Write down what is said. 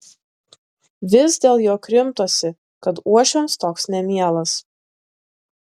vis dėl jo krimtosi kad uošviams toks nemielas